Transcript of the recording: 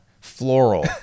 floral